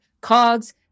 cogs